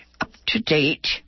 up-to-date